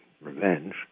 revenge